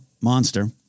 monster